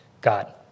God